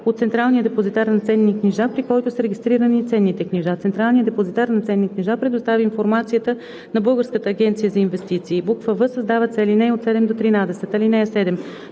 от централния депозитар на ценни книжа, при който са регистрирани ценните книжа. Централният депозитар на ценни книжа предоставя информацията на Българската агенция за инвестиции.“; в) създават се ал. 7 – 13: „(7)